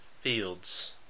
Fields